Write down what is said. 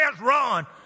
run